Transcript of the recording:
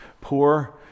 poor